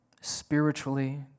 spiritually